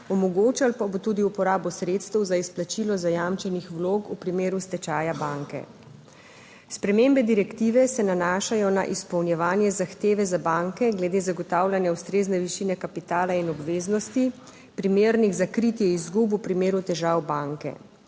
omogočal pa bo tudi uporabo sredstev za izplačilo zajamčenih vlog v primeru stečaja banke. Spremembe direktive se nanašajo na izpolnjevanje zahteve za banke glede zagotavljanja ustrezne višine kapitala in obveznosti, primernih za kritje izgub v primeru težav banke.